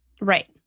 Right